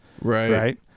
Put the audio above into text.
right